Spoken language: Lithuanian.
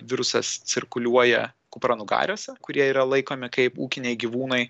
virusas cirkuliuoja kupranugariuose kurie yra laikomi kaip ūkiniai gyvūnai